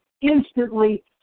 instantly